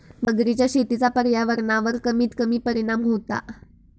मगरीच्या शेतीचा पर्यावरणावर कमीत कमी परिणाम होता